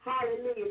Hallelujah